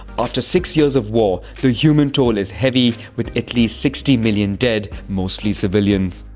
after six years of war, the human toll is heavy with at least sixty million dead, mostly civilians.